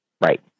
Right